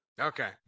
Okay